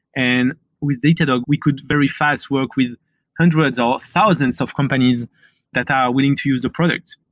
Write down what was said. and with datadog, we could very fast work with hundreds or thousands of companies that are willing to use the product,